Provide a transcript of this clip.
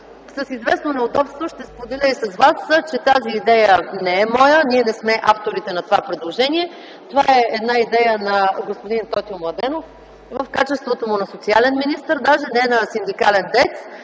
С известно неудобство ще споделя с Вас, че тази идея не е моя. Ние не сме авторите на това предложение. Това е идея на господин Тотю Младенов в качеството му на социален министър, даже не на синдикален деец,